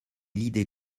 l’idée